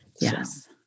Yes